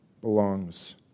belongs